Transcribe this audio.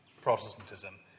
Protestantism